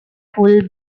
full